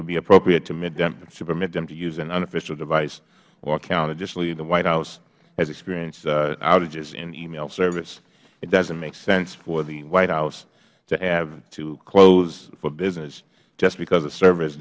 would be appropriate to permit them to use an unofficial device or account additionally the white house has experienced outages in email service it doesnt make sense for the white house to have to close for business just because a serv